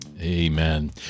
Amen